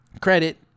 credit